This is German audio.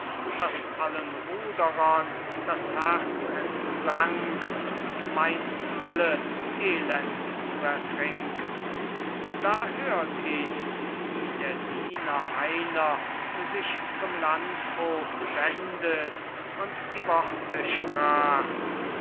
dass allen ruderern das herz entsank und meinten alle elend zu ertrinken da hört ich's wie der diener einer sich zum landvogt wendet und die worte sprach